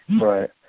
Right